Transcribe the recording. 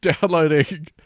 Downloading